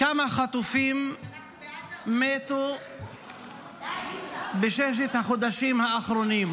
כמה חטופים מתו בששת החודשים האחרונים.